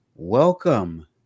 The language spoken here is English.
Welcome